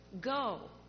Go